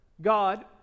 God